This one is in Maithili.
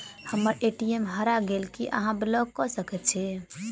हम्मर ए.टी.एम हरा गेल की अहाँ ब्लॉक कऽ सकैत छी?